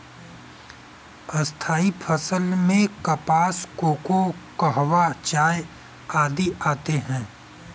स्थायी फसल में कपास, कोको, कहवा, चाय आदि आते हैं